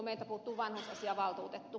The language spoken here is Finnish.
meiltä puuttuu vanhusasiavaltuutettu